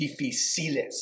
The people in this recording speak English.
difíciles